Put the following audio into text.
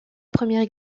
première